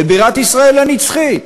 לבירת ישראל הנצחית?